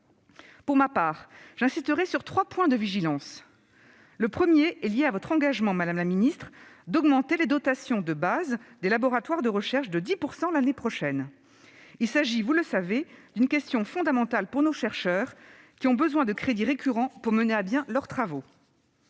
Pour ma part, j'insisterai sur trois points de vigilance. Le premier est lié à votre engagement, madame la ministre, d'augmenter les dotations de base des laboratoires de recherche de 10 % l'année prochaine. Il s'agit, vous le savez, d'une question fondamentale pour nos chercheurs, qui ont besoin de crédits récurrents pour mener à bien leurs travaux.